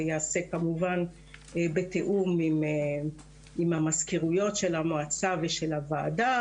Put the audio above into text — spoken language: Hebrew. ייעשה כמובן בתיאום עם המזכירויות של המועצה ושל הוועדה,